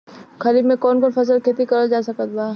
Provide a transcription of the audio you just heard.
खरीफ मे कौन कौन फसल के खेती करल जा सकत बा?